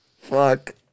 Fuck